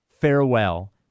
farewell